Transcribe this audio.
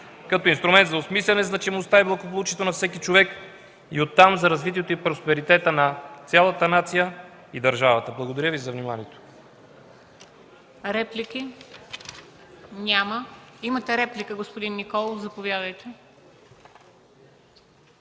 като инструмент за осмисляне значимостта и благополучието на всеки човек, оттам – за развитието и просперитета на цялата нация и държавата. Благодаря Ви за вниманието.